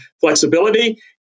flexibility